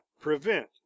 prevent